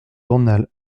journal